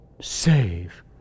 save